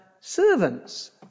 servants